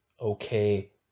okay